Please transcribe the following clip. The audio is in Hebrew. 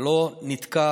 ולא נתקע